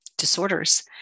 disorders